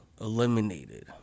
eliminated